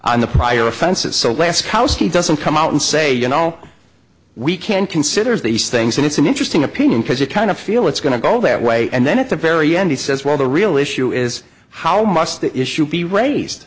on the prior offenses so laskoski doesn't come out and say you know we can consider these things and it's an interesting opinion because you kind of feel it's going to go that way and then at the very end he says well the real issue is how must the issue be raised